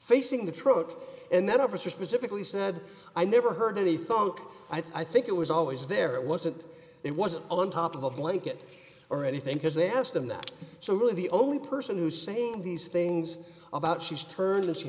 facing the truck and that officer specifically said i never heard any thought i think it was always there it wasn't it wasn't on top of a blanket or anything because they asked them that so really the only person who's saying these things about she's turning the she